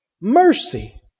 Mercy